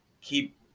keep